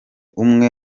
umwe